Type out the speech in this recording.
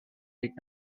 did